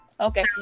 Okay